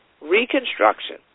Reconstruction